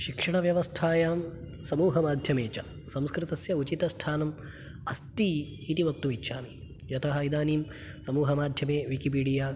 शिक्षणव्यवस्थायां समूहमाध्यमे च संस्कृतस्य उचितस्थानम् अस्तीति वक्तुमिच्छामि यतः इदानीं समूहमाध्यमे विकिपीडिया